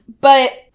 but-